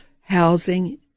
housing